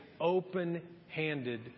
open-handed